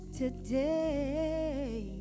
today